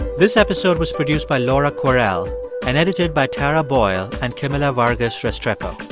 this episode was produced by laura kwerel and edited by tara boyle and camila vargas restrepo.